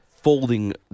folding